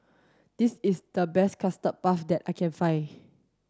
this is the best custard puff that I can find